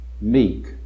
meek